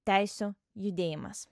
teisių judėjimas